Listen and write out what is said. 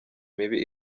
mibi